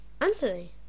Anthony